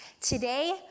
Today